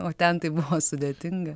o ten tai buvo sudėtinga